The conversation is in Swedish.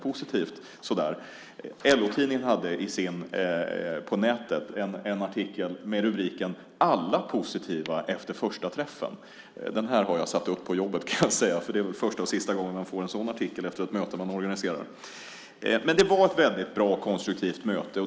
LO-tidningen hade en artikel på nätet med rubriken "Alla positiva efter första träffen". Jag har satt upp det på jobbet, för det är väl första och sista gången man får en sådan artikel efter ett möte man organiserar. Det var ett väldigt bra och konstruktivt möte.